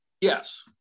Yes